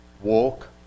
Walk